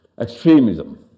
Extremism